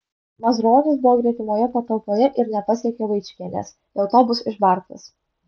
mazuronis buvo gretimoje patalpoje ir nepasiekė vaičkienės dėl to bus išbartas